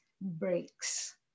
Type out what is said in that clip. breaks